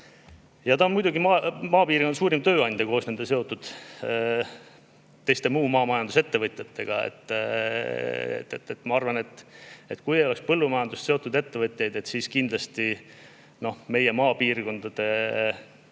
Ja ta on muidugi maapiirkondade suurim tööandja koos teiste maamajandusettevõtjatega. Ma arvan, et kui ei oleks põllumajandusega seotud ettevõtjaid, siis kindlasti meie maapiirkondade